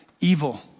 evil